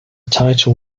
title